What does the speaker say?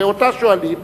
ואותה שואלים.